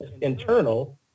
internal